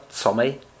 tommy